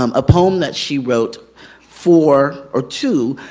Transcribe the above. um a poem that she wrote for, or to,